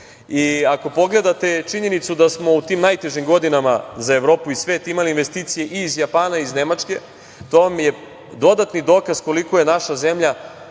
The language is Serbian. pogledate činjenicu da smo u tim najtežim godinama za Evropu i svet imali investicije i iz Japana, iz Nemačke, to vam je dodatni dokaz koliko je naša zemlja